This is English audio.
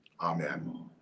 Amen